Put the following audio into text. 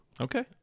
Okay